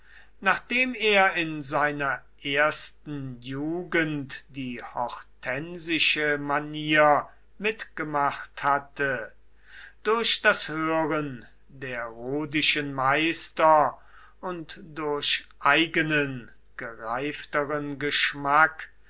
nachdem er in seiner ersten jugend die hortensische manier mitgemacht hatte durch das hören der rhodischen meister und durch eigenen gereifteren geschmack